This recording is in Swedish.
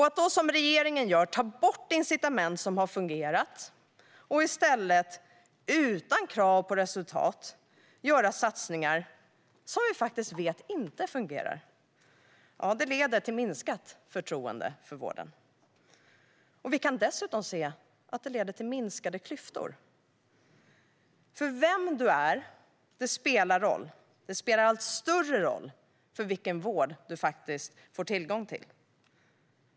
Att då som regeringen gör ta bort incitament som har fungerat och i stället utan krav på resultat göra satsningar som vi faktiskt vet inte fungerar leder till minskat förtroende för vården. Vi kan dessutom se att det leder till minskade klyftor. Vem man är spelar roll. Det spelar allt större roll för vilken vård man får tillgång till.